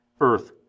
earth